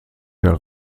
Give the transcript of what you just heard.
der